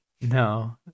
No